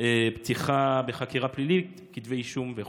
ופתיחה בחקירה פלילית, כתבי אישום וכו'?